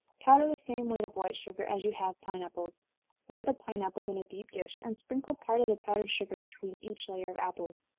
powder the same weight of white sugar as you have pine apples lay the pine apples in a deep dish, and sprinkle part of the powdered sugar between each layer of apples.